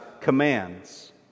commands